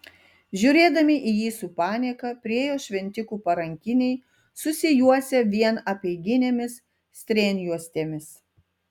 žiūrėdami į jį su panieka priėjo šventikų parankiniai susijuosę vien apeiginėmis strėnjuostėmis